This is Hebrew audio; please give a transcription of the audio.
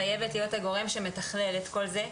חייבת להיות הגורם שמתכלל את כל זה,